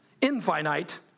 infinite